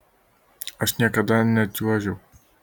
aš niekada nečiuožiau